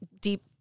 deep